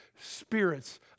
spirits